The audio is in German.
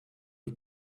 die